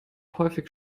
häufig